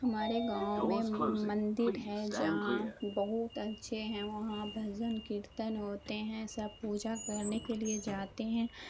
ہمارے گاؤں میں مندر ہے جہاں بہت اچھے ہیں وہاں بھجن کیرتن ہوتے ہیں سب پوجا کرنے کے لیے جاتے ہیں